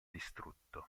distrutto